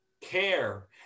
care